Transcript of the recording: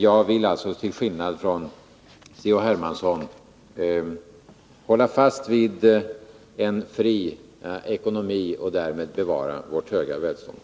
Jag vill alltså, till skillnad från C.-H. Hermansson, hålla fast vid en fri ekonomi för att därmed bevara vårt höga välstånd.